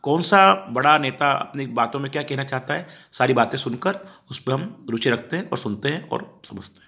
कौन सा बड़ा नेता अपनी बातों में क्या कहना चाहता है सारी बातें सुनकर उस पर हम रुचि रखते हैं और सुनते हैं और समझते हैं